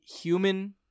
human